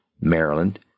Maryland